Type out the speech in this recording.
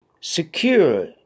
Secure